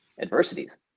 adversities